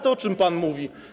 To o czym pan mówi?